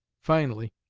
finally,